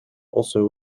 also